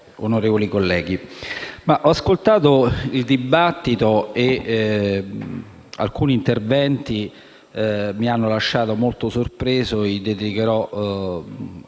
ho ascoltato il dibattito e alcuni interventi mi hanno lasciato molto sorpreso.